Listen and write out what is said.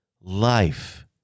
life